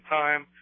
time